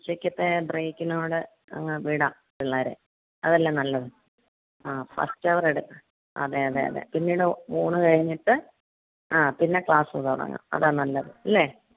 ഉച്ചക്കത്തെ ബ്രേക്കിനോട് അങ്ങ് വിടാം പിള്ളേരെ അതല്ലേ നല്ലത് ആ ഫസ്റ്റ് അവറ് അതെ അതെ അതെ പിന്നീട് ഊണ് കഴിഞ്ഞിട്ട് ആ പിന്നെ ക്ലാസ് തുടങ്ങാം അതാ നല്ലത് ല്ലേ